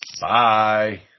Bye